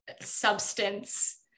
substance